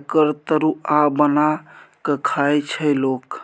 एकर तरुआ बना कए खाइ छै लोक